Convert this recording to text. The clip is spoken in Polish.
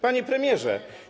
Panie Premierze!